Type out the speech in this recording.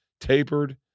tapered